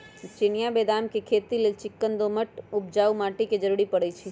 चिनियाँ बेदाम के खेती लेल चिक्कन दोमट उपजाऊ माटी के जरूरी पड़इ छइ